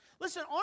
Listen